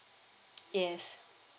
yes